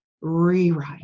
rewrite